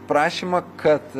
prašymą kad